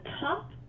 top